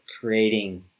creating